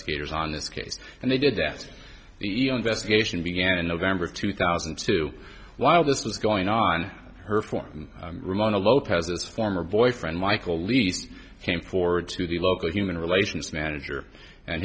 gators on this case and they did at the iau investigation began in november two thousand and two while this was going on her form ramona lopez's former boyfriend michael least came forward to the local human relations manager and